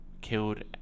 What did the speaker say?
killed